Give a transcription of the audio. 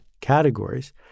categories